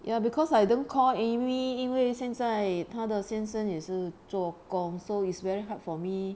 ya because I don't call amy 因为现在他的先生也是做工 so it's very hard for me